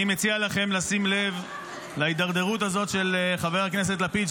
אני מציע לכם לשים לב להידרדרות הזאת של חבר הכנסת לפיד,